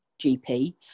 GP